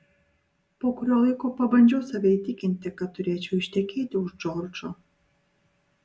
po kurio laiko pabandžiau save įtikinti kad turėčiau ištekėti už džordžo